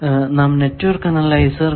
നാം network analyser കണ്ടു